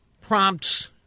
prompts